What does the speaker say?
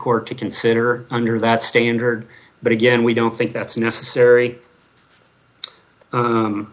court to consider under that standard but again we don't think that's necessary u